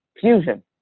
Fusion